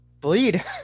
bleed